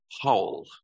whole